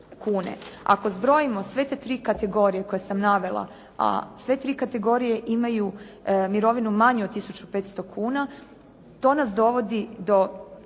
Ako zbrojimo sve te tri kategorije koje sam navela, a sve tri kategorije imaju mirovinu manju od 1.500,00 kuna to nas dovodi do